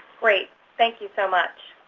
great. thank you so much.